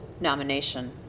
nomination